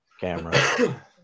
camera